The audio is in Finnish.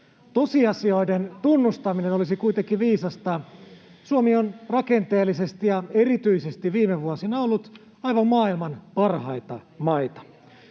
Tosiasioiden tunnustaminen olisi kuitenkin viisasta. Suomi on rakenteellisesti ja erityisesti viime vuosina ollut aivan maailman parhaita maita.